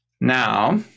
Now